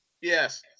Yes